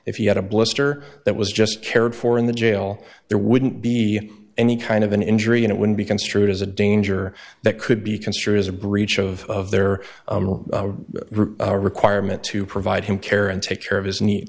if you had a blister that was just cared for in the jail there wouldn't be any kind of an injury and it would be construed as a danger that could be construed as a breach of their requirement to provide him care and take care of his ne